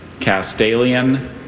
Castalian